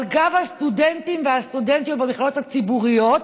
על גב הסטודנטים והסטודנטיות במכללות הציבוריות,